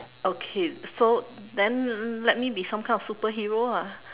okay so then let me be some kind of superhero ah